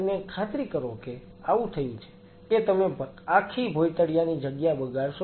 ખાતરી કરો કે આવું થયું છે કે તમે આખી ભોયતળીયાની જગ્યા બગાડશો નહીં